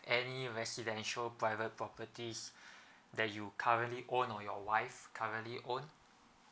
any residential private property is that you currently own or your wife currently own